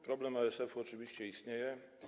Problem ASF-u oczywiście istnieje.